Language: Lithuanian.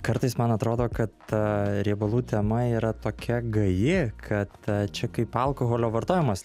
kartais man atrodo kad ta riebalų tema yra tokia gaji kad čia kaip alkoholio vartojimas